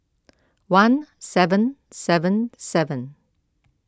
one seven seven seven